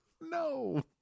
No